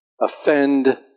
offend